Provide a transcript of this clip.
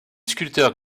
sculpteur